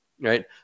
right